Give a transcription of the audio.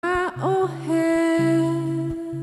אה אה אה